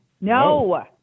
No